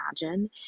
imagine